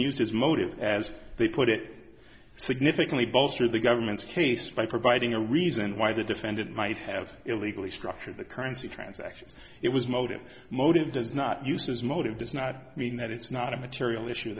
used as motive as they put it significantly bolster the government's case by providing a reason why the defendant might have illegally structure the currency transactions it was motive motive does not uses motive does not mean that it's not a material issue